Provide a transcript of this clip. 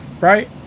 right